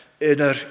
inner